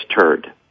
turd